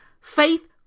Faith